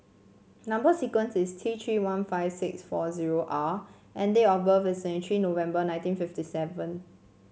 number sequence is T tree one five six four zero R and date of birth is twenty tree November nineteen fifty seven